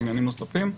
בעניינים נוספים.